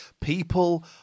people